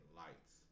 lights